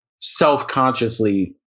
self-consciously